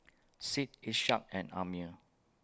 Syed Ishak and Ammir